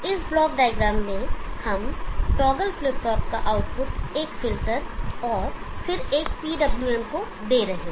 इस block diagram में हम टॉगल फ्लिप फ्लॉप का आउटपुट एक फिल्टर और फिर एक PWM को दे रहे हैं